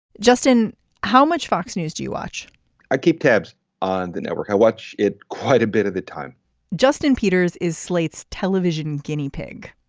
justin how much fox news do you watch i keep tabs on the network. i watch it quite a bit of the time justin peters is slate's television guinea pig.